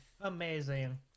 amazing